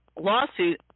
lawsuit